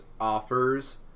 offers